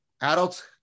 adults